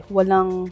Walang